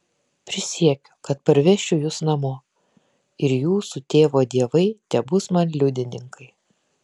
prisiekiu kad parvešiu jus namo ir jūsų tėvo dievai tebus man liudininkai